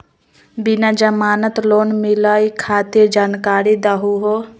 बिना जमानत लोन मिलई खातिर जानकारी दहु हो?